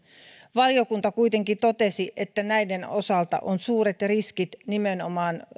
valiokunta kuitenkin totesi että näiden osalta on suuret riskit nimenomaan